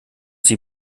sie